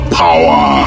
power